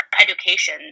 education